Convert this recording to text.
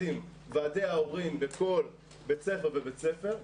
עם ועדי ההורים בכל בית ספר ובית ספר,